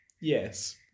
Yes